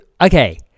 okay